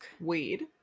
Weed